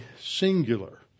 singular